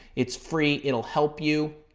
it's free. it'll help you.